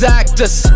actors